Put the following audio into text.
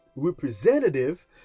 representative